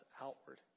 outward